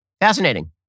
fascinating